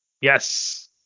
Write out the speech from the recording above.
Yes